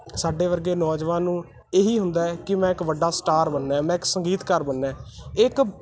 ਸਾਡੇ ਵਰਗੇ ਨੌਜਵਾਨ ਨੂੰ ਇਹੀ ਹੁੰਦਾ ਕਿ ਮੈਂ ਇੱਕ ਵੱਡਾ ਸਟਾਰ ਬਣਨਾ ਮੈਂ ਇੱਕ ਸੰਗੀਤਕਾਰ ਬਣਨਾ ਇੱਕ